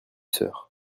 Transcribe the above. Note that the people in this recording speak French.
sœurs